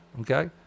okay